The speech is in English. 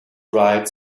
bright